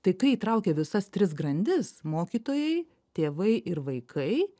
tai kai įtraukia visas tris grandis mokytojai tėvai ir vaikai